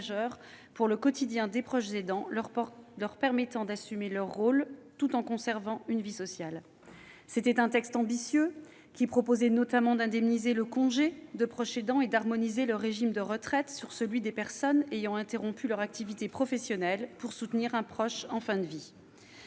pour le quotidien des proches aidants, leur permettant d'assumer leur rôle tout en conservant une vie sociale. C'était un texte ambitieux, qui proposait notamment d'indemniser le congé de proche aidant et d'harmoniser le régime de retraite sur celui des personnes ayant interrompu leur activité professionnelle pour soutenir un proche en fin de vie.